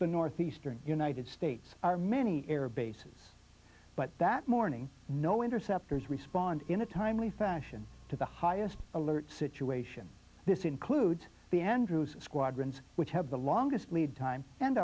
the northeastern united states are many air bases but that morning no interceptors respond in a timely fashion to the highest alert situation this includes the andrews squadrons which have the longest lead time and